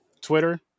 Twitter